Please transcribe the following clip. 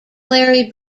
larry